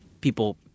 people